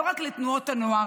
לא רק לתנועות הנוער,